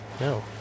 No